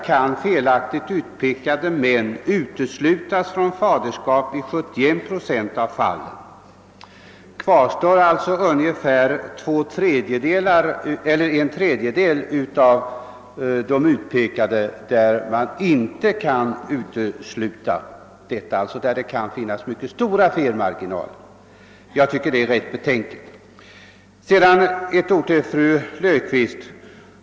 kan felaktigt utpekade män uteslutas från faderskap i 71 2 av fallen.> Kvar står alltså ungefär en tredjedel av de utpekade, beträffande vilka man inte kan utesluta felaktigt faderskap. Det finns alltså en mycket stor felmarginal, och jag tycker att det är rätt betänkligt. Sedan ett ord till fru Löfqvist!